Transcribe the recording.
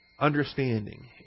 Understanding